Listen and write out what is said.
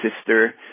Sister